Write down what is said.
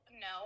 no